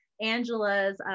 Angela's